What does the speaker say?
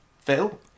Phil